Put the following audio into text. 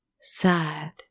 sad